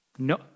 no